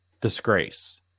disgrace